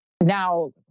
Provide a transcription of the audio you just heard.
Now